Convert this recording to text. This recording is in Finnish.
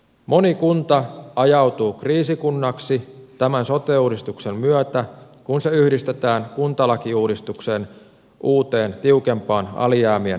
moni kunta ajautuu kriisikunnaksi tämän sote uudistuksen myötä kun se yhdistetään kuntalakiuudistuksen uuteen tiukempaan alijäämien kattamisvelvollisuuteen